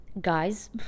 guys